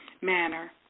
manner